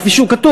כפי שהיא כתובה,